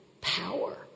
power